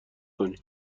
کنی